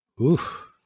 oof